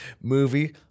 movie